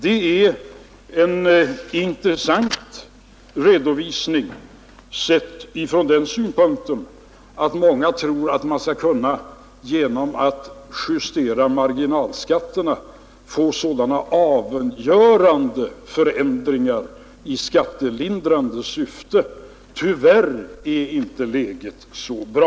Det är en intressant redovisning, sedd från den synpunkten att många tror att man genom att justera marginalskatterna skall kunna åstadkomma avgörande förändringar i skattelindrande syfte. Tyvärr är inte läget så bra.